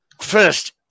First